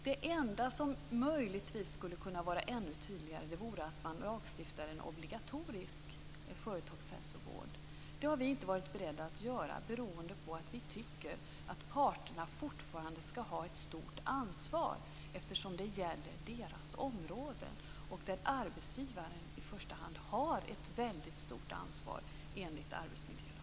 Det enda som möjligtvis skulle kunna vara ännu tydligare vore att man lagstiftade om en obligatorisk företagshälsovård. Det har vi inte varit beredda att göra beroende på att vi tycker att parterna fortfarande ska ha ett stort ansvar eftersom det gäller deras områden. Där har arbetsgivaren i första hand ett väldigt stort ansvar enligt arbetsmiljölagen.